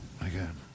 Again